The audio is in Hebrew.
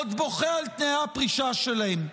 עוד בוכה על תנאי הפרישה שלהם.